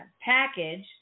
package